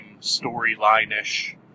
storyline-ish